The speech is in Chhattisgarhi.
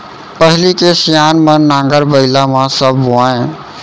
पहिली के सियान मन नांगर बइला म सब बोवयँ